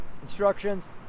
instructions